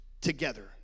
together